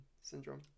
syndrome